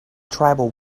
tribal